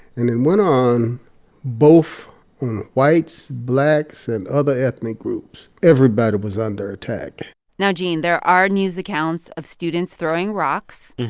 and it and went on both on whites, blacks and other ethnic groups. everybody was under attack now, gene, there are news accounts of students throwing rocks.